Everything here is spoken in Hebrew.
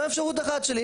זו אפשרות אחת שלי,